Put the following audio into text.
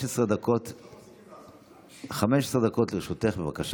15 דקות לרשותך, בבקשה.